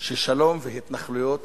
ששלום והתנחלויות